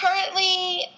currently